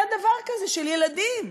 היה דבר כזה של ילדים.